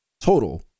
total